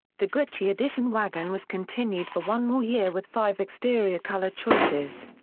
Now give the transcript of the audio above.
the gucci edition wagon was continued for one more year with five exterior color choices.